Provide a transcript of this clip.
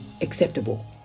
acceptable